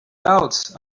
doubts